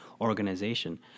organization